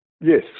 Yes